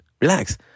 Relax